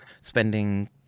spending